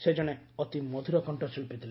ସେ ଜଣେ ଅତି ମଧୁର କଣ୍ଠଶିଳ୍ପୀ ଥିଲେ